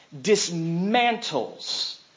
dismantles